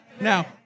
Now